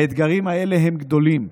האתגרים האלה הם גדולים,